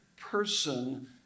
person